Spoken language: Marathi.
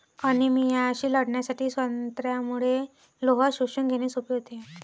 अनिमियाशी लढण्यासाठी संत्र्यामुळे लोह शोषून घेणे सोपे होते